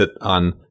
on